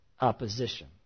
opposition